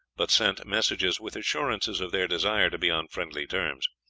but sent messages with assurances of their desire to be on friendly terms.